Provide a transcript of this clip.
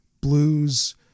blues